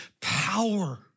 power